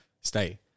stay